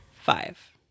five